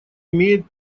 имеет